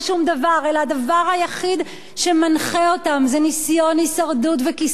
אלא הדבר היחיד שמנחה אותן זה ניסיון הישרדות וכיסאולוגיה,